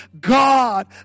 God